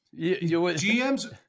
GM's